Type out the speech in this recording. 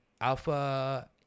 Alpha